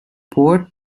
port